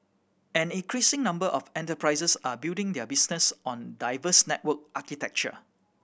an increasing number of enterprises are building their business on diverse network architecture